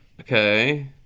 Okay